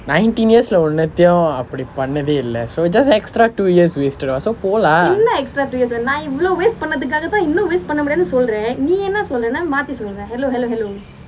nineteen years ஒண்ணுத்தையும் அப்படி பண்ணாதே இல்லை:onnuthaiyum pannathe illai so just extra two years wasted [what] so போ:po lah